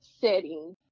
setting